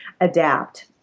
adapt